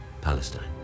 Palestine